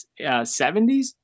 70s